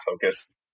focused